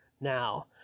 now